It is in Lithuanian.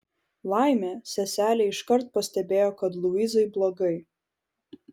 laimė seselė iškart pastebėjo kad luizai blogai